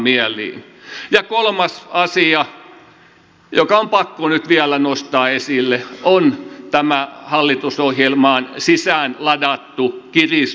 ja kolmas asia joka on pakko nyt vielä nostaa esille on tämä hallitusohjelmaan sisään ladattu kiristysruuvi